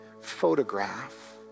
photograph